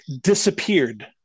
disappeared